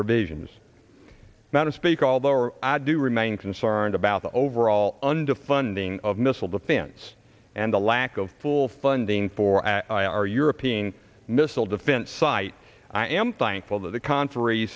provisions not to speak although or i do remain concerned about the overall underfunding of missile defense and the lack of full funding for our european missile defense site i am thankful that the con